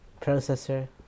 processor